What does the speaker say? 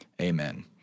amen